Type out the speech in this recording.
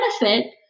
benefit